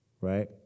right